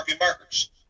markers